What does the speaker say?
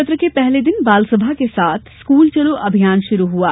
सत्र के पहले दिन बाल सभा के साथ स्कूल चलो अभियान शुरू हुआ